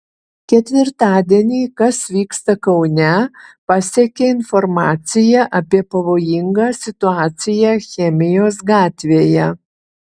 ketvirtadienį kas vyksta kaune pasiekė informacija apie pavojingą situaciją chemijos gatvėje